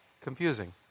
confusing